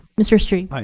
mr. strebe. aye.